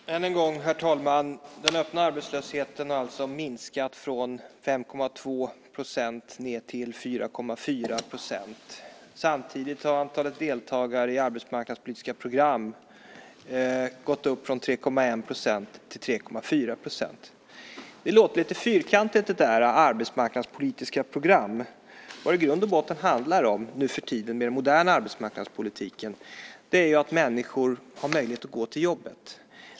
Herr talman! Än en gång vill jag säga att den öppna arbetslösheten har minskat från 5,2 % till 4,4 %. Samtidigt har antalet deltagare i arbetsmarknadspolitiska program gått upp från 3,1 till 3,4 %. Det låter lite fyrkantigt med arbetsmarknadspolitiska program. Vad det i grund och botten handlar om nuförtiden, med den moderna arbetsmarknadspolitiken, är att människor har möjlighet att gå till jobbet.